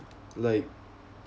like